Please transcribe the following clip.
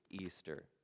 Easter